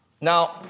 Now